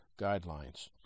guidelines